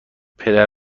پدر